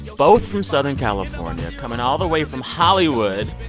both from southern california coming all the way from hollywood,